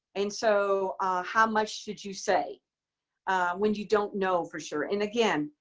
and so how much should you say when you don't know for sure. and again,